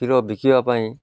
କ୍ଷୀର ବିକିବା ପାଇଁ